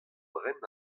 bren